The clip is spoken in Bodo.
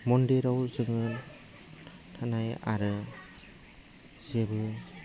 मन्दिराव जोङो थांनाय आरो जेबो